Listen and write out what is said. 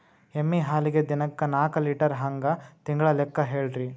ಎಮ್ಮಿ ಹಾಲಿಗಿ ದಿನಕ್ಕ ನಾಕ ಲೀಟರ್ ಹಂಗ ತಿಂಗಳ ಲೆಕ್ಕ ಹೇಳ್ರಿ?